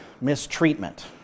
mistreatment